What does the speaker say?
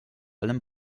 allem